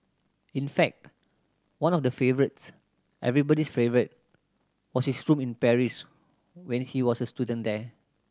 in fact one of the favourites everybody's favourite was his room in Paris when he was a student there